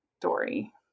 Dory